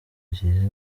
gihe